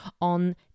on